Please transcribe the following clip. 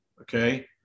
okay